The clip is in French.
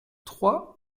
trois